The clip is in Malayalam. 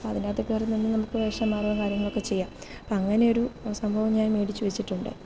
അതിനകത്തു കയറിനിന്നു നമുക്ക് വേഷം മാറി കാര്യങ്ങളൊക്കെ ചെയ്യാം ഇപ്പോൾ അങ്ങനെയൊരു സംഭവം ഞാൻ മേടിച്ചു വെച്ചിട്ടുണ്ട്